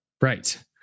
Right